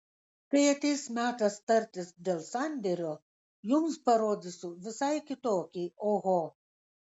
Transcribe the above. kai ateis metas tartis dėl sandėrio jums parodysiu visai kitokį oho